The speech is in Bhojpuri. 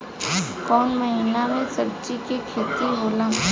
कोउन महीना में सब्जि के खेती होला?